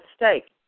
mistake